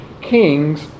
kings